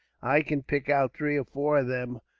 i can pick out three or four of them,